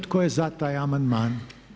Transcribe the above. Tko je za taj amandman?